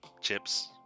chips